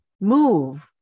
move